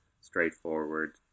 straightforward